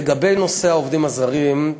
לגבי נושא העובדים הזרים,